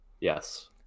Yes